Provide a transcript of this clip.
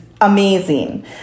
amazing